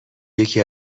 یکی